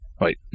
Wait